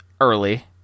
early